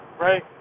right